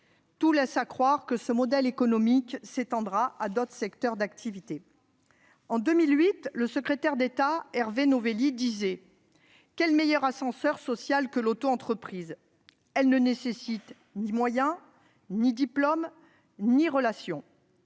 Tout laisse à croire que ce modèle économique s'étendra à d'autres secteurs d'activité. En 2008, le secrétaire d'État Hervé Novelli indiquait :« Quel meilleur ascenseur social que l'autoentreprise ? Elle ne nécessite ni moyens, ni diplômes, ni relations. »